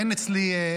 אין אצלי,